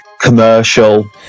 commercial